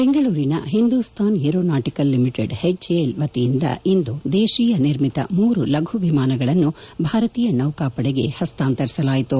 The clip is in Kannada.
ಬೆಂಗಳೂರಿನ ಹಿಂದೂಸ್ತಾನ್ ಏರೋನಾಟಿಕಲ್ ಲಿಮಿಟೆಡ್ ಎಚ್ಎಎಲ್ ವತಿಯಿಂದ ಇಂದು ದೇಶೀಯ ನಿರ್ಮಿತ ಮೂರು ಲಘು ವಿಮಾನಗಳನ್ನು ಭಾರತೀಯ ನೌಕಾಪಡೆಗೆ ಹಸ್ತಾಂತರಿಸಲಾಯಿತು